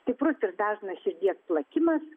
stiprus ir dažnas širdies plakimas